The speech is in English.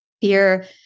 Fear